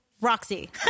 Roxy